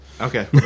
Okay